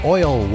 Oil